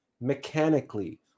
mechanically